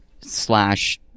slash –